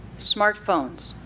smartphones.